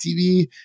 TV